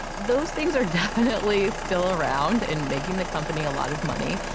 those things are definitely still around and making the company a lot of money.